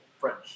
French